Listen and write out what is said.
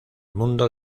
mundo